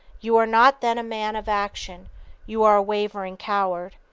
you are not then a man of action you are a wavering coward.